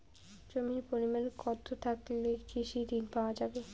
জমির পরিমাণ কতো থাকলে কৃষি লোন পাওয়া যাবে?